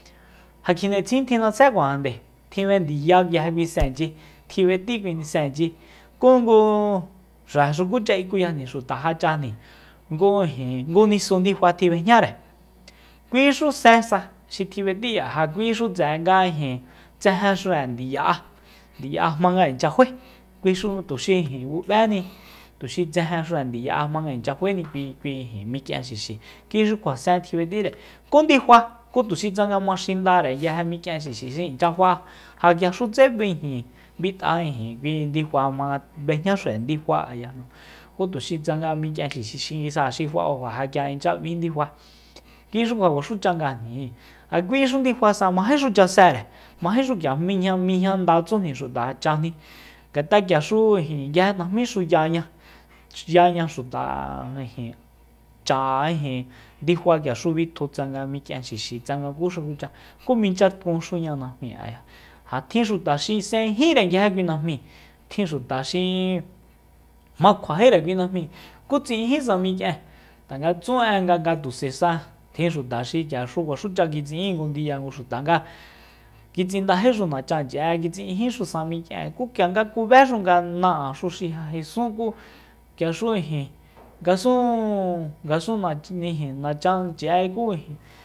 Ja kjindetsin tjin'atsje´kuajande tjib'endiyá nguije kui senchi kjib'e´t kuisenchi ku ngu xa xukucha ikuyajni xuta já chajni ngu ijin ngu nisu ndifa tjib'ejñare kuixu sensa xi tjib'etí ndiya ja kuixu tse'e nga ijin tsejenxure ndiya'e- ndiya'e jmanga inchya faé kuixu tuxi bub'éni tuxi tsejenxure ndiya'e jmanga faéni kui- kui mik'ien xixi kuixu kjua sen tjib'etíre kú ndifa ku tuxi maxindare nguije mik'ienxixi xi inchya fa'a ja k'iaxutse b'i- b'it'a ijin kui ndifa jma b'ejñaxure ndifa'eya ku tuxi tsanga mik'ienxixi xi nguis'áa xi fa'ajo ja k'ia inchya b'í ndifa kuixu kjua kuaxucha ngajnijin ja kuixu ndifasa majéxu chasere majéxu k'ia mijña- mijñanda tsújni xuta chajni ngat'a k'iaxu ijin nguije najmíxu yaña yáña xuta ijin chaa ijin ndifa k'iaxu bitju tsanga mik'ien xixi tsanga kúxucha ku minchyatkunxuña najmija ja tjin xuta xi s'ejinjíre nguije kui najmi tjin xuta xi ma kjuajíre kui najmi ku tsi'injí samik'ien tanga tsú en nga ngatus'aesa tjin xutaxu xi kuaxucha kitsi'in ngu ndiya ngu xuta nga kitsindajíxu nachamchi'e kitsi'ínjixu samik'ien ku k'ia nga kubéxu nga ná'exu xi ja jesun ku k'iaxu ijin ngasun- ngasun na- nijin nachanchi'e ku ijin